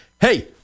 Hey